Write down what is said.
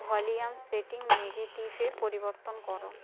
volume setting নেগেটিভে পরিবর্তন করো